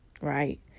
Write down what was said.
right